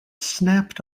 snapped